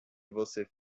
você